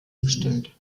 bestimmt